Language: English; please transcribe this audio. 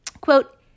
Quote